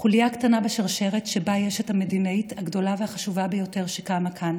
חוליה קטנה בשרשרת שבה יש את המדינאית הגדולה והחשובה ביותר שקמה כאן